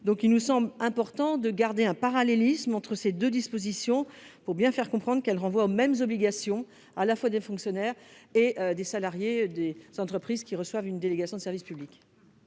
Il nous semble important de garder un parallélisme entre ces deux dispositions pour bien faire comprendre qu'elles renvoient aux mêmes obligations à la fois pour les fonctionnaires et pour les salariés des entreprises auxquelles a été confiée une délégation de service public.